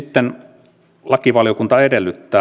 sitten lakivaliokunta edellyttää